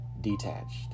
detached